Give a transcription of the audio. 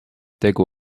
tegu